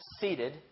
seated